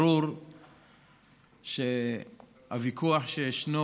ברור שהוויכוח שישנו